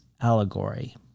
allegory